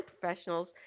professionals